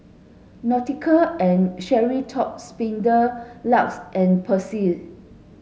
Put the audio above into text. Nautica and Sperry Top Sider LUX and Persil